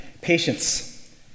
patience